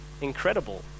incredible